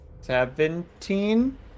Seventeen